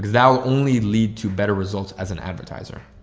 that will only lead to better results as an advertiser.